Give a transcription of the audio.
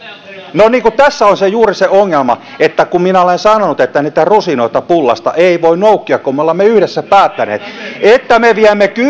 no niin kun tässä on juuri se ongelma niin kuin minä olen sanonut että niitä rusinoita pullasta ei voi noukkia kun me olemme yhdessä päättäneet että me viemme